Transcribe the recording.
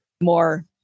more